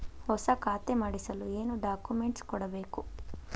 ಹೊಸ ಖಾತೆ ಮಾಡಿಸಲು ಏನು ಡಾಕುಮೆಂಟ್ಸ್ ಕೊಡಬೇಕು?